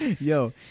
Yo